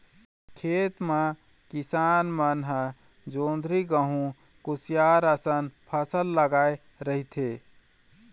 खेत म किसान मन ह जोंधरी, गहूँ, कुसियार असन फसल लगाए रहिथे